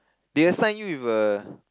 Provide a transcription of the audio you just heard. they assign you with a